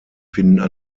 finden